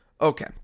Okay